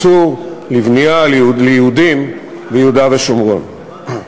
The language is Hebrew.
ואין דבר כזה איסור בנייה ליהודים ביהודה ושומרון.